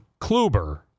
Kluber